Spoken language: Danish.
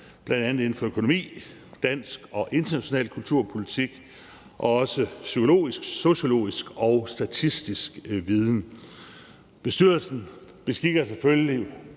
bl.a. inden for økonomi og dansk og international kulturpolitik, og også have psykologisk, sociologisk og statistisk viden. Bestyrelsen beskikker og udpeger